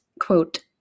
quote